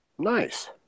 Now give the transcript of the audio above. nice